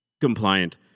compliant